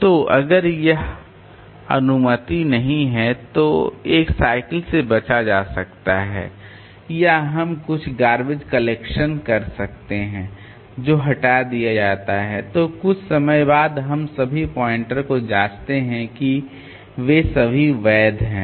तो अगर वह अनुमति नहीं है तो एक साइकिल से बचा जा सकता है या हम कुछ गार्बेज कलेक्शन कर सकते हैं जो हटा दिया जाता है तो कुछ समय बाद हम सभी पॉइंटर को जांचते हैं कि वे सभी वैध हैं